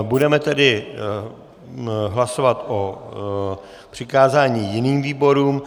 Budeme tedy hlasovat o přikázání jiným výborům.